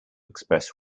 express